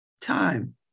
time